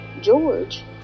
George